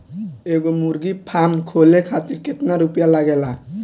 एगो मुर्गी फाम खोले खातिर केतना रुपया लागेला?